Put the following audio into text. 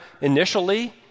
initially